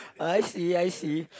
oh I see I see